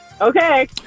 Okay